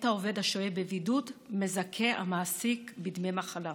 את העובד השוהה בבידוד מזכה המעסיק בדמי מחלה.